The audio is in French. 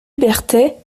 berthet